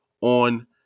on